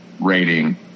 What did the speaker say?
rating